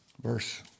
verse